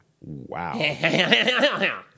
Wow